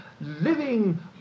living